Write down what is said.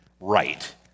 right